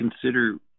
consider